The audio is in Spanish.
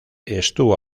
estuvo